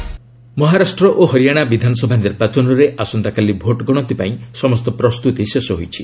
election Maharashtra ଓ ହରିଆଣା ବିଧାନସଭା ନିର୍ବାଚନରେ ଆସନ୍ତାକାଲି ଭୋଟ୍ଗଣତି ପାଇଁ ସମସ୍ତ ପ୍ରସ୍ତୁତି ଶେଷ ହୋଇଛି